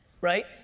Right